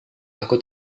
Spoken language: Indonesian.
aku